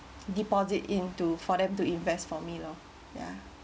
deposit into for them to invest for me lah ya